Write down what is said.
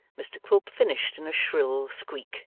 mr quilp finished in a shrill squeak,